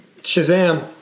Shazam